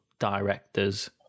directors